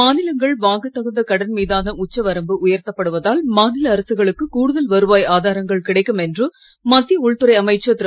மாநிலங்கள் வாங்கத் தகுந்த கடன் மீதான உச்ச வரம்பு உயர்த்தப் படுவதால் மாநில அரசுகளுக்கு கூடுதல் வருவாய் ஆதாரங்கள் கிடைக்கும் என்று மத்திய உள்துறை அமைச்சர் திரு